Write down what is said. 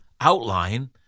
outline